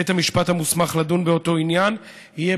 בית המשפט המוסמך לדון באותו עניין יהיה